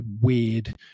weird –